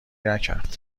نکرد